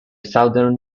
southern